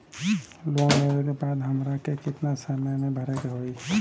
Loan लेवे के बाद हमरा के कितना समय मे भरे के होई?